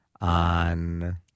on